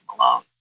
alone